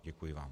Děkuji vám.